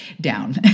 down